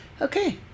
okay